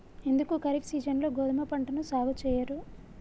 ఎందుకు ఖరీఫ్ సీజన్లో గోధుమ పంటను సాగు చెయ్యరు?